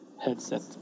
headset